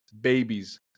babies